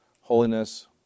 holiness